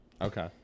Okay